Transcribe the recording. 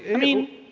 mean,